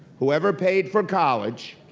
whoever paid for college,